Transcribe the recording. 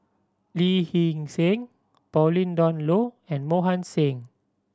Lee Hee Seng Pauline Dawn Loh and Mohan Singh